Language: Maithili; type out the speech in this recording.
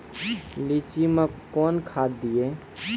लीची मैं कौन खाद दिए?